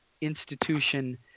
institution